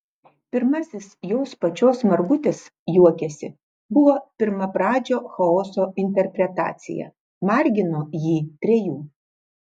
pirmasis jos pačios margutis juokiasi buvo pirmapradžio chaoso interpretacija margino jį trejų